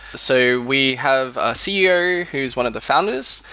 so we have a ceo who's one of the founders,